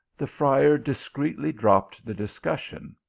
the friar dis creetly dropped the discussion,